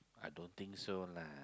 I don't think so lah